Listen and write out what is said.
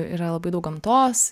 yra labai daug gamtos